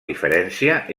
diferència